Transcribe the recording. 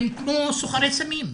הם כמו סוחרי סמים.